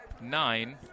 nine